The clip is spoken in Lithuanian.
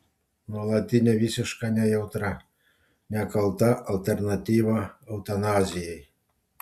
nuolatinė visiška nejautra nekalta alternatyva eutanazijai